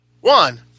One